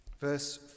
Verse